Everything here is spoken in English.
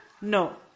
No